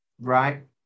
Right